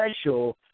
special